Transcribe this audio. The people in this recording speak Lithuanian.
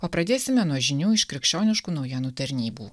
o pradėsime nuo žinių iš krikščioniškų naujienų tarnybų